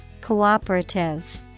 Cooperative